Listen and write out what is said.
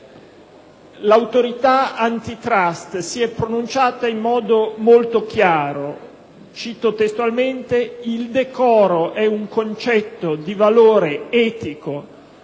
l'Autorità *antitrust* si è pronunciata in modo molto chiaro. Cito testualmente: «Il decoro è un concetto di valore etico